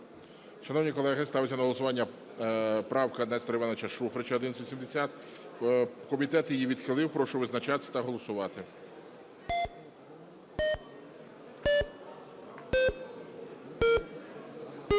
Шановні колеги, ставиться на голосування правка Нестора Івановича Шуфрича 1180. Комітет її відхилив. Прошу визначатися та голосувати.